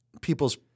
people's